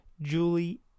Julie